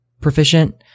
Proficient